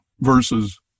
versus